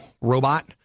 robot